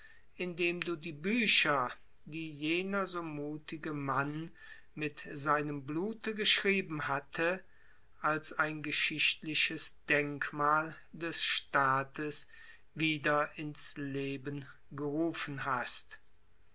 indem du die bücher die jener so muthige mann mit seinem blute geschrieben hatte als ein geschichtliches denkmal des staates wieder in's leben gerufen hast